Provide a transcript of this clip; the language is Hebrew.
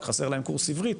רק חסר להם קורס עברית